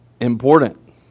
important